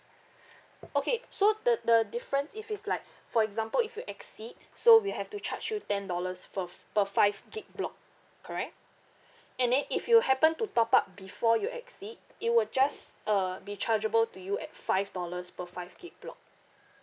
okay so the the difference if it's like for example if you exceed so we'll have to charge you ten dollars fer f~ per five gigabyte block correct and then if you happen to top up before you exceed it would just uh be chargeable to you at five dollars per five gigabyte block